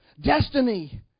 destiny